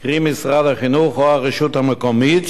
קרי משרד החינוך או הרשות המקומית,